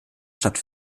stadt